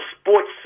sports